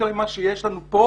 יותר ממה שיש לנו כאן,